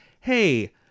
Hey